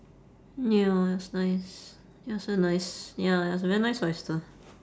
ya it was nice it was a nice ya it was a very nice oyster